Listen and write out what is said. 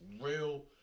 real